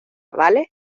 vale